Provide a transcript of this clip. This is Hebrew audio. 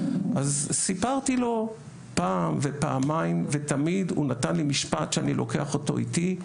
אז סיפרתי לו פעם ופעמיים ותמיד הוא נתן לי משפט שאני לוקח אותו איתי,